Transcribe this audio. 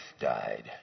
died